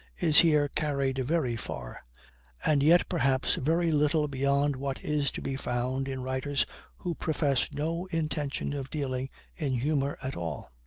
is here carried very far and yet, perhaps, very little beyond what is to be found in writers who profess no intention of dealing in humor at all.